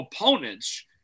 opponents